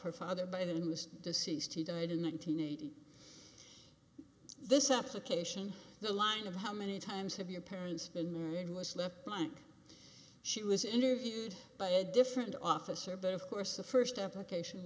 her father by then who is deceased he died in one thousand eight this application the line of how many times have your parents been married was left blank she was interviewed by a different officer but of course the first application